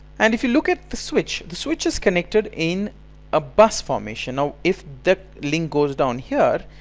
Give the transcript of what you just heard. and if you look at the switch, the switch is connected in a bus formation. now if the link goes down here,